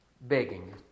begging